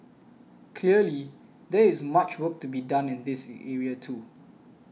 clearly there is much work to be done in this area too